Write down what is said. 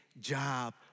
job